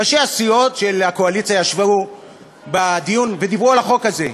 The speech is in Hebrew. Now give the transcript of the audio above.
ראשי הסיעות של הקואליציה ישבו בדיון ודיברו על החוק הזה.